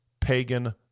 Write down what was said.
pagan